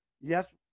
Yes